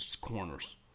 corners